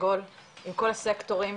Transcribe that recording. עגול עם כל הסקטורים,